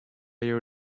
you